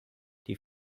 die